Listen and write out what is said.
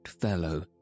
fellow